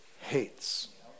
hates